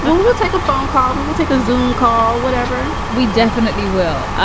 but we'll we'll take a phone call. well, we'll take a zun call, whatever we definitely will.